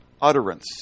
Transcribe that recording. utterance